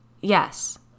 Yes